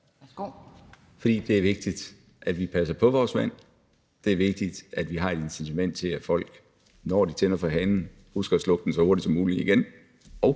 Bødskov): Fordi det er vigtigt, at vi passer på vores vand. Det er vigtigt, at vi har et incitament til at sørge for, at folk, når de åbner for hanen, husker at lukke den så hurtigt som muligt igen,